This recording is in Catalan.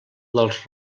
dels